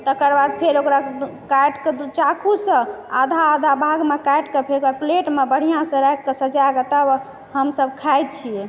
तकर बाद फेर ओकरा काटिकऽ चाकूसँ आधा आधा भागमे काटिकऽ फेर ओकरा प्लेटमे बढिआँसँ राखिकऽ सजाकऽ तब हम सब खाइ छियै